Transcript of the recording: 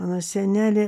mano senelė